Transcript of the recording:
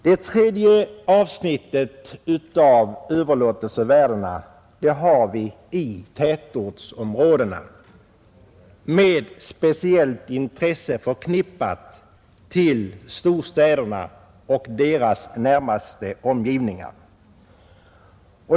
Det tredje mönstret i överlåtelsevärdena har vi i tätortsområdena och särskilt då storstäderna och deras närmaste omgivningar.